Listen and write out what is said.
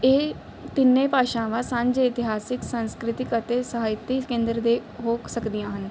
ਇਹ ਤਿੰਨੇ ਭਾਸ਼ਾਵਾਂ ਸਾਂਝੇ ਇਤਿਹਾਸਿਕ ਸੰਸਕ੍ਰਿਤਿਕ ਅਤੇ ਸਾਹਿਤਕ ਕੇਂਦਰ ਦੇ ਹੋ ਸਕਦੀਆਂ ਹਨ